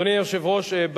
אדוני היושב-ראש,